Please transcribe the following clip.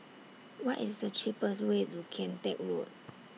What IS The cheapest Way to Kian Teck Road